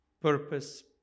purpose